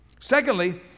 Secondly